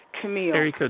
Camille